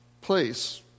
place